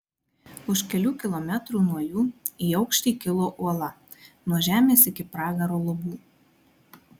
už kelių kilometrų nuo jų į aukštį kilo uola nuo žemės iki pragaro lubų